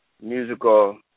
musical